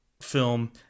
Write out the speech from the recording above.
film